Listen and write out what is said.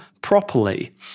properly